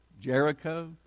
Jericho